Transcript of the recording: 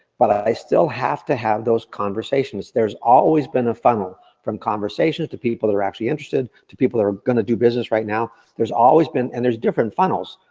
but i still have to have those conversations. there's always been a funnel, from conversations to people that are actually interested, to people that are gonna do business right now. there's always been and there's different funnels,